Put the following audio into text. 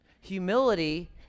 Humility